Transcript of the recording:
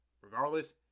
Regardless